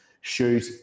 shoot